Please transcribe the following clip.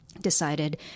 decided